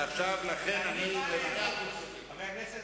אדוני היושב-ראש,